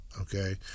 okay